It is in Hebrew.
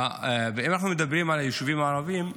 ואם אנחנו מדברים על היישובים הערביים,